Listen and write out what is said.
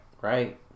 right